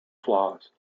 flaws